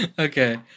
Okay